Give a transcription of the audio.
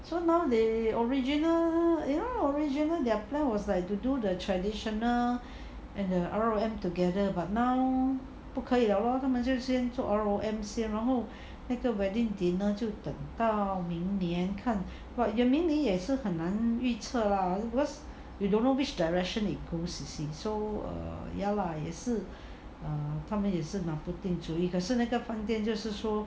so now they original you know original their plan was like to do the traditional and the R_O_M together but now 不可以来了 lor 他们就先做 R_O_M 然后那个 wedding dinner 就到明年看 but 明年也是很难预测 lah because you don't know which direction it goes you see so err ya lah 也是他们也是拿不定主意可是那个饭店就是说